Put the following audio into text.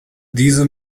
diese